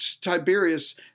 Tiberius